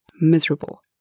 miserable